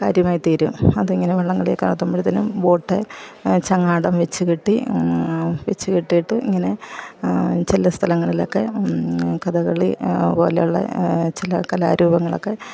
കാര്യമായിത്തീരും അതിങ്ങനെ വള്ളം കളിയൊക്കെ നടത്തുമ്പഴത്തേനും ബോട്ട് ചങ്ങാടം വെച്ച് കെട്ടി വെച്ച് കെട്ടിയിട്ട് ഇങ്ങനെ ചില സ്ഥലങ്ങളിലൊക്കെ കഥകളി അതുപോലെയുള്ള ചില കലാരൂപങ്ങളൊക്കെ